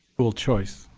school choice.